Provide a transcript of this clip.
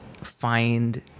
find